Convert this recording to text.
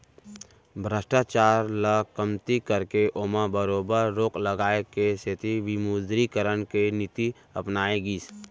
भस्टाचार ल कमती करके ओमा बरोबर रोक लगाए के सेती विमुदरीकरन के नीति अपनाए गिस